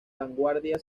vanguardia